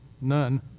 None